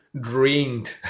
drained